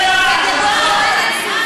בהולנד,